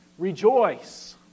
Rejoice